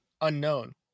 unknown